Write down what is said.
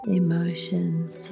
emotions